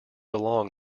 along